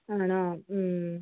ആണോ